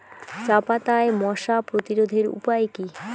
চাপাতায় মশা প্রতিরোধের উপায় কি?